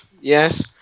Yes